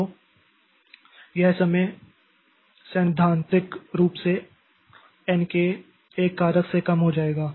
तो यह समय सैद्धांतिक रूप से एन के एक कारक से कम हो जाएगा